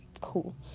cool